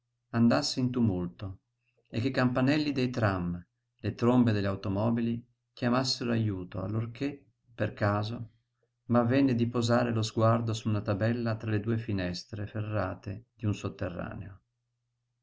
andasse in tumulto e che i campanelli dei tram le trombe delle automobili chiamassero ajuto allorché per caso m'avvenne di posare lo sguardo su una tabella tra le due finestre ferrate d'un sotterraneo